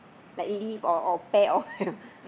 like leaf or or pear or you know